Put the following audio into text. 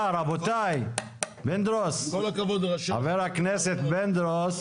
אז אני אומר לך, לא יהיה 200% לעצמאיות.